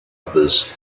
others